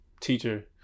teacher